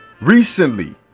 recently